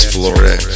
Florida